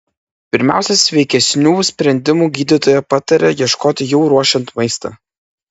pirmiausia sveikesnių sprendimų gydytoja pataria ieškoti jau ruošiant maistą